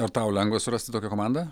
ar tau lengva surasti tokią komandą